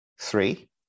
Three